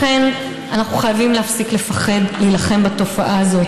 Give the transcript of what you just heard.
לכן אנחנו צריכים להפסיק לפחד להילחם בתופעה הזאת.